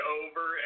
over